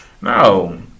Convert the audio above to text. no